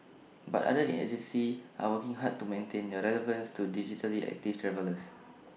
but other agencies are working hard to maintain their relevance to digitally active travellers